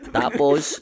tapos